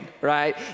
right